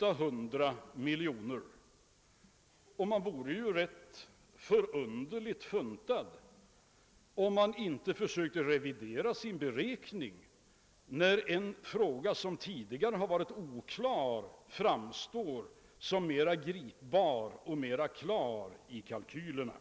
800 miljoner. Man vore ju rätt förunderligt funtad, om man inte försökte revidera sin beräkning när en fråga, som tidigare har varit oklar, framstår som tydligare och mera gripbar i kalkylerna.